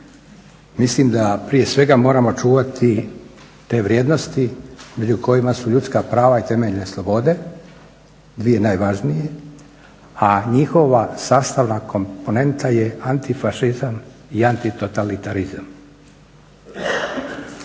mislim da prije svega moramo čuvati te vrijednosti među kojima su ljudska prava i temeljne slobode, dvije najvažnije, a njihova sastavna komponenta je antifašizam i antitotalitarizam.